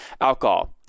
alcohol